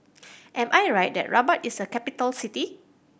am I right that Rabat is a capital city